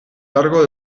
largo